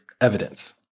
evidence